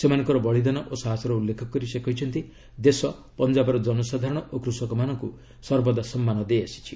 ସେମାନଙ୍କର ବଳୀଦାନ ଓ ସାହସର ଉଲ୍ଲେଖ କରି ସେ କହିଛନ୍ତି ଦେଶ ପଞ୍ଜାବର ଜନସାଧାରଣ ଓ କୃଷକମାନଙ୍କୁ ସର୍ବଦା ସମ୍ମାନ ଦେଇଆସିଛି